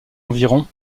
environ